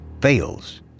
fails